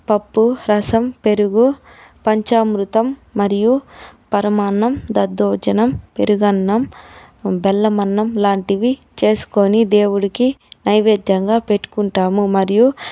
పప్పు రసం పెరుగు పంచామృతం మరియు పరమాన్నం దద్దోజనం పెరుగన్నం బెల్లమన్నం లాంటివి చేసుకొని దేవుడికి నైవేద్యంగా పెట్టుకుంటాము మరియు